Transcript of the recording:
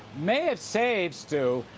may have saved, stu,